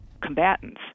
combatants